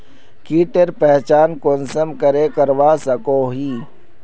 कीटेर पहचान कुंसम करे करवा सको ही?